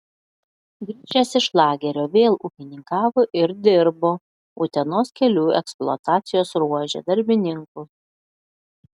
grįžęs iš lagerio vėl ūkininkavo ir dirbo utenos kelių eksploatacijos ruože darbininku